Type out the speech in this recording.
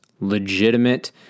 legitimate